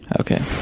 okay